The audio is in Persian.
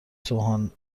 سوهان